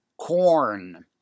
corn